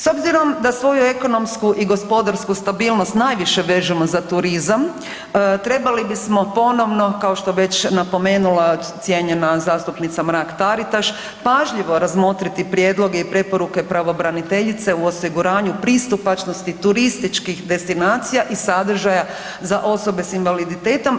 S obzirom da svoju ekonomsku i gospodarsku stabilnost najviše vežemo za turizam trebali bismo ponovno kao što je već napomenula cijenjena zastupnica Mrak Taritaš pažljivo razmotriti prijedloge i preporuke pravobraniteljice u osiguranju pristupačnosti turističkih destinacija i sadržaja za osobe s invaliditetom.